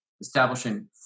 establishing